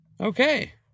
Okay